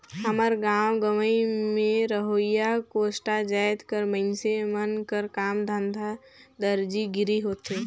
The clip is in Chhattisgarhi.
हमर गाँव गंवई में रहोइया कोस्टा जाएत कर मइनसे मन कर काम धंधा दरजी गिरी होथे